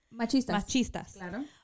Machistas